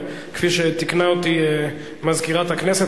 וכפי שתיקנה אותי מזכירת הכנסת,